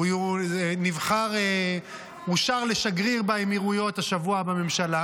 הוא אושר לשגריר באמירויות השבוע בממשלה,